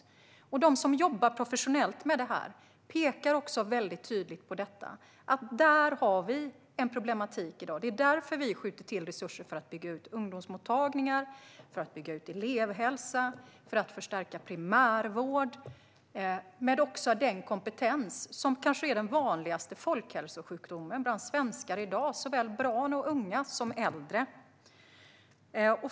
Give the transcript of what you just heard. De som jobbar professionellt med det här pekar också tydligt på detta. Här har vi en problematik i dag. Det är därför vi skjuter till resurser för att bygga ut ungdomsmottagningarna och elevhälsan och för att förstärka primärvården men också kompetensen för att möta det som kanske är den vanligaste folkhälsosjukdomen bland svenskar i dag, såväl barn och unga som äldre.